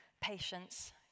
patience